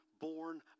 born